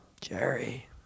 Jerry